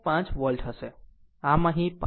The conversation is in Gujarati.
5 વોલ્ટેજ હશે